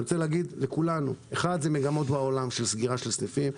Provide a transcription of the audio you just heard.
אני רוצה להגיד לכולנו שיש מגמות בעולם של סגירת סניפים.